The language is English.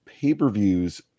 pay-per-views